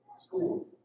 school